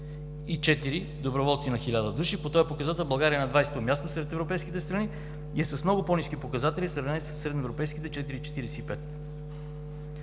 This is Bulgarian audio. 0,4 доброволци на 1000 души. По този показател България е на 20-то място сред европейските страни и с много по-ниски показатели в сравнение със средноевропейските 4,45.